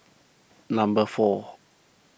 number four